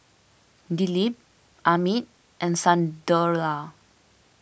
Dilip Amit and Sunderlal